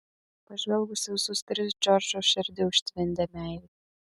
pažvelgus į visus tris džordžo širdį užtvindė meilė